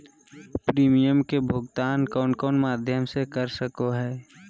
Premium के भुक्तान कौन कौन माध्यम से कर सको है?